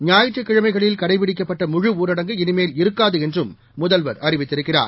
ஞாயிற்றுக்கிழமைகளில்கடைபிடிக்கப்பட்டமுழுஊரடங்கு இனிமேல்இருக்காதுஎன்றும்முதல்வர்அறிவித்திருக்கிறார்